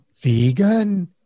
vegan